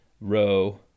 row